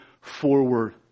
forward